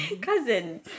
Cousin